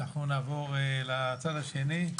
אנחנו נעבור לצד השני.